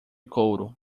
couro